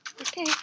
Okay